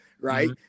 right